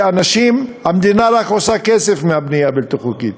המדינה רק עושה כסף מהבנייה הבלתי-חוקית.